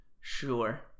Sure